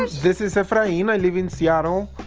this is efrain. yeah i live in seattle.